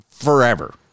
forever